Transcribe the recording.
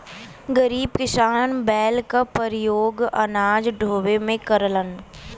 गरीब किसान बैल क परियोग अनाज ढोवे में करलन